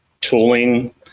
tooling